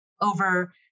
over